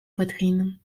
poitrines